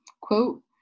Quote